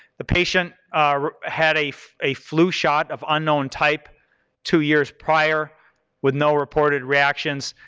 the patient had a a flu shot of unknown type two years prior with no reported reactions.